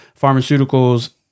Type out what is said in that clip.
pharmaceuticals